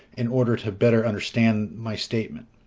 in order to better understand my statement.